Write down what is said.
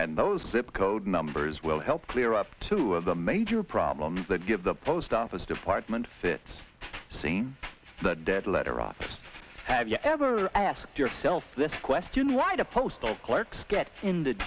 those sip code numbers will help clear up to the major problems that give the post office department fit saying the dead letter office have you ever asked yourself this question why the postal clerks get in the